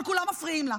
אבל כולם מפריעים לה.